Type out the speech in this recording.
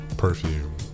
perfume